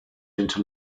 into